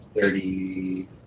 Thirty